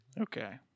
Okay